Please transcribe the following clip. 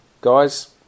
guys